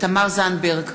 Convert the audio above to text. תמר זנדברג,